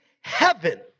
heaven